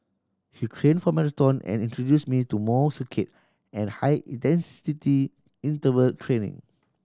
he trained for marathon and introduced me to more circuit and high intensity interval training